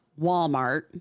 walmart